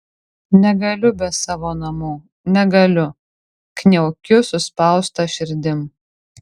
negaliu be savo namų negaliu kniaukiu suspausta širdim